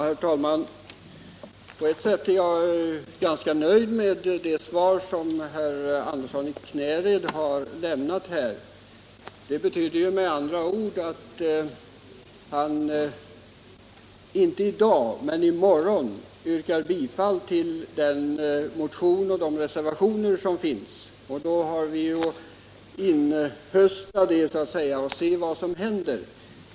Herr talman! På ett sätt är jag ganska nöjd med det svar som herr Andersson i Knäred nu har lämnat. Det betyder med andra ord att han inte i dag men i morgon yrkar bifall till vår motion och till våra re servationer. Vi har att inhösta detta och får sedan se vad som händer.